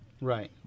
Right